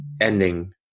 ending